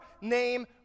name